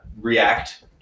react